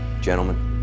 gentlemen